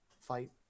fight